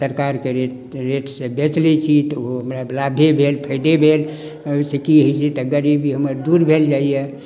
सरकार के रेट सँ बेच लै छी तऽ ओहो हमरा लाभे भेल फायदे भेल ओहिसँ की होइ छै तऽ गरीबी हमर दूर भेल जाइया